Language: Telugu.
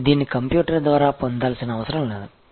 మీరు దీన్ని కంప్యూటర్ ద్వారా పొందాల్సిన అవసరం లేదు